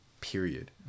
period